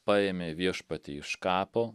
paėmė viešpatį iš kapo